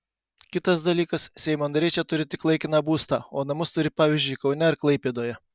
kitas dalykas seimo nariai čia turi tik laikiną būstą o namus turi pavyzdžiui kaune ar klaipėdoje